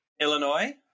Illinois